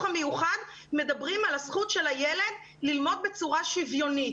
המיוחד מדברים על הזכות של הילד ללמוד בצורה שוויונית.